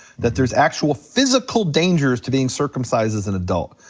that there's actual physical dangers to being circumcised as an adult.